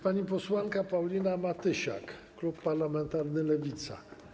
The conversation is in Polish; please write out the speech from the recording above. Pani posłanka Paulina Matysiak, klub parlamentarny Lewica.